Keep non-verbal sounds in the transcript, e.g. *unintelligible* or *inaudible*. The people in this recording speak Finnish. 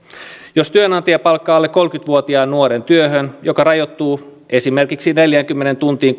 jos työnantaja palkkaa alle kolmekymmentä vuotiaan nuoren työhön joka rajoittuu esimerkiksi neljäänkymmeneen tuntiin *unintelligible*